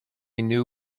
new